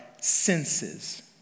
senses